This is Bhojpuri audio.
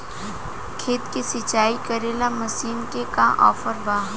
खेत के सिंचाई करेला मशीन के का ऑफर बा?